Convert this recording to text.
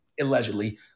Allegedly